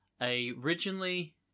originally